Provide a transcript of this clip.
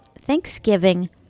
Thanksgiving